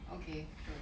okay sure